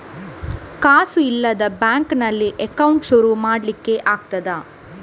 ಕಾಸು ಇಲ್ಲದ ಬ್ಯಾಂಕ್ ನಲ್ಲಿ ಅಕೌಂಟ್ ಶುರು ಮಾಡ್ಲಿಕ್ಕೆ ಆಗ್ತದಾ?